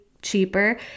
cheaper